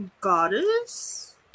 goddess